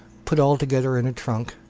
put all together in a trunk,